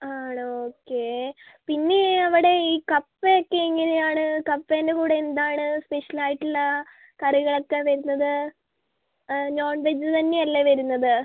ആണോ ഓക്കേ പിന്നേ അവിടെ ഈ കപ്പയൊക്കെ എങ്ങനെയാണ് കപ്പേൻ്റെ കൂടെ എന്താണ് സ്പെഷ്യലായിട്ടുള്ള കറികളൊക്കെ വരുന്നത് നോൺവെജ് തന്നെയല്ലേ വരുന്നത്